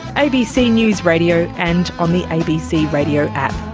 abc news radio and on the abc radio app.